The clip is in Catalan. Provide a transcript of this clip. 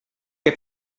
que